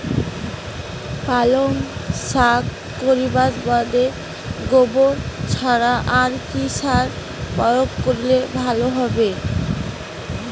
পালং শাক করিবার বাদে গোবর ছাড়া আর কি সার প্রয়োগ করিলে ভালো হবে?